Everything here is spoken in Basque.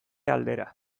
aldera